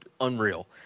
unreal